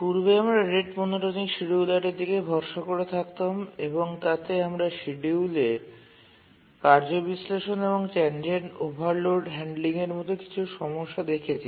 পূর্বে আমরা rate monotonic শিডিয়ুলারের দিকে ভরসা করে থাকতাম এবং তাতে আমরা শিডিয়ুলের কার্য বিশ্লেষণ এবং ট্যানজেন্ট ওভারলোড হ্যান্ডলিংয়ের মতো কিছু সমস্যা দেখেছি